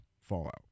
fallout